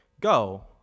Go